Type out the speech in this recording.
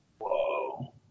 Whoa